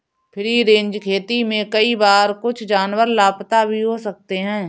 free range खेती में कई बार कुछ जानवर लापता भी हो सकते हैं